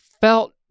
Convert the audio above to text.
felt